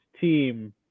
team